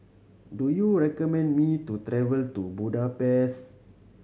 do you recommend me to travel to Budapest